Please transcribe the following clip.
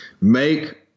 Make